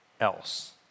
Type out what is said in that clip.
else